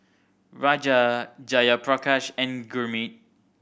Raja Jayaprakash and Gurmeet